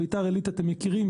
בית"ר עלית אתם מכירים,